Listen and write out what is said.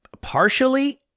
Partially